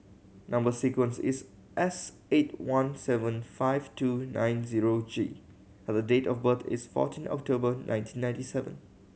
number sequence is S eight one seven five two nine zero G and the date of birth is fourteen October nineteen ninety seven